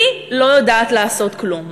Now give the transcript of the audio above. היא לא יודעת לעשות כלום,